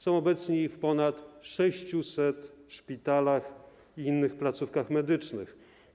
Są obecni w ponad 600 szpitalach i innych placówkach medycznych.